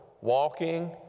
Walking